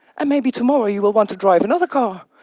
and maybe tomorrow, you will want to drive another car.